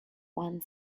one